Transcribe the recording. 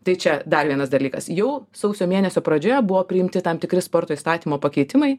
tai čia dar vienas dalykas jau sausio mėnesio pradžioje buvo priimti tam tikri sporto įstatymo pakeitimai